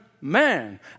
man